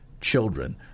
children